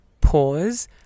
pause